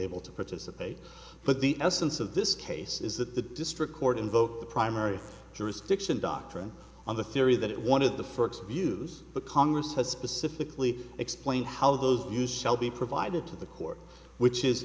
able to participate but the essence of this case is that the district court invoked the primary jurisdiction doctrine on the theory that one of the first views the congress has specifically explain how those you shall be provided to the court which is